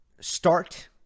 start